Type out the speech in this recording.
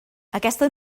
aquesta